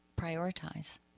prioritize